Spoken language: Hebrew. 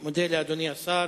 אני מודה לאדוני השר.